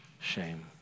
shame